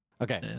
okay